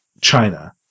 China